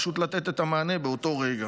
פשוט לתת את המענה באותו רגע.